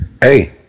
hey